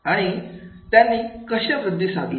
आणि त्यांनी कशी वृद्धी साधली